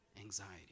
anxiety